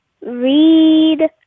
read